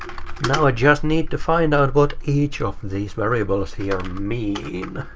now i just need to find out what each of these variables here mean.